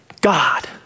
God